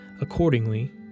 accordingly